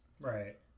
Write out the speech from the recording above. Right